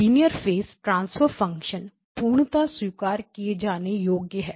linear phase transfer function पूर्णता स्वीकार किए जाने योग्य है